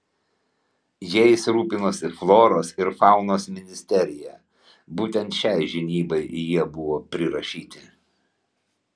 jais rūpinosi floros ir faunos ministerija būtent šiai žinybai jie buvo prirašyti